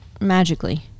magically